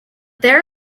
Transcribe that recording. there